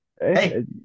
Hey